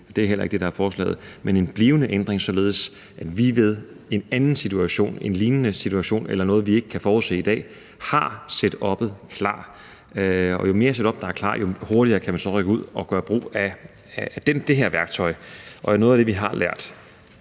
det er heller ikke det, der ligger i forslaget, men en blivende ændring, således at vi i en anden situation, en lignende situation eller noget, vi ikke kan forudse i dag, har setuppet klar. Og jo mere setup, der er klar, jo hurtigere kan man så rykke ud og gøre brug af det her værktøj. Og noget af det, vi har lært